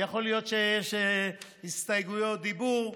ויכול להיות שיש הסתייגויות לדיבור.